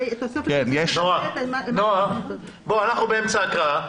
אנחנו באמצע ההקראה.